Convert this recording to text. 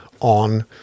on